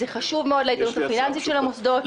זה חשוב מאוד לאיתנות הפיננסית של המוסדות,